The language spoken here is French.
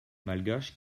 malgaches